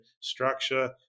structure